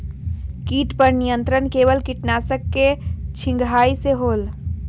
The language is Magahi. किट पर नियंत्रण केवल किटनाशक के छिंगहाई से होल?